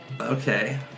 Okay